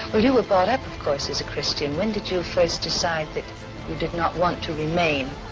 well you were brought up of course is a christian when did you first decide that you did not want to remain?